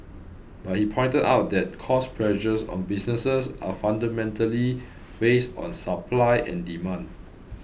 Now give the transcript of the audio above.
but he pointed out that cost pressures on businesses are fundamentally based on supply and demand